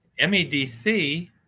MEDC